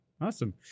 Awesome